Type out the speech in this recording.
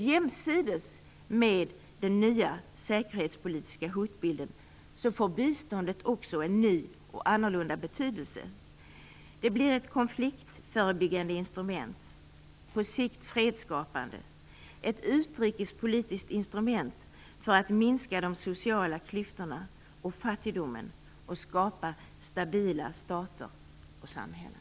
Jämsides med den nya säkerhetspolitiska hotbilden får biståndet också en ny och annorlunda betydelse. Det blir ett konfliktförebyggande instrument, på sikt fredsskapande. Det blir ett utrikespolitiskt instrument för att minska de sociala klyftorna och fattigdomen och skapa stabila stater och samhällen.